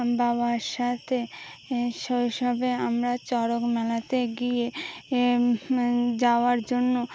বাবার সাথে শৈশবে আমরা চড়ক মেলাতে গিয়ে যাওয়ার জন্য